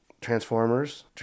Transformers